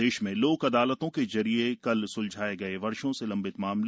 प्रदेश में लोक अदालतों के जरिए कल स्लझाए गए वर्षों से लंबित मामले